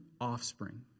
offspring